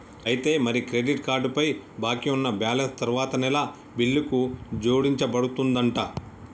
అయితే మరి credit card పై బాకీ ఉన్న బ్యాలెన్స్ తరువాత నెల బిల్లుకు జోడించబడుతుందంట